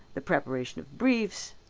the preparation of briefs,